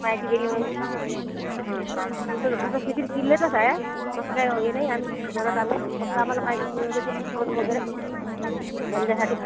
माहिती दिल्यावर हं तुमचं आमचं सिबिल क्लियरच आहे असं काही हे नाही आहे भरत आलं फक्त आम्हाला माहिती मिळू देत लोन वगैरे धंद्यासाठी